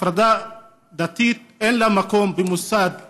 הפרדה דתית, אין לה מקום במוסד אקדמי.